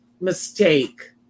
mistake